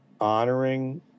honoring